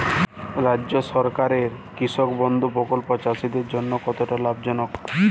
রাজ্য সরকারের কৃষক বন্ধু প্রকল্প চাষীদের পক্ষে কতটা লাভজনক?